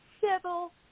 civil